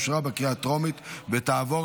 אושרה בקריאה הטרומית ותעבור